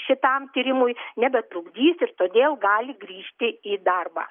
šitam tyrimui nebetrukdys ir todėl gali grįžti į darbą